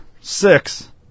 six